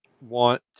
want